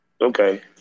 Okay